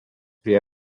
prie